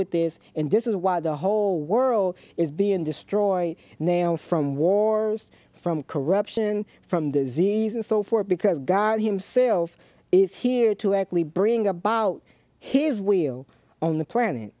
with this and this is why the whole world is being destroyed now from wars from corruption from disease and so forth because god himself is here to actually bring about his wheel on the planet